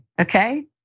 okay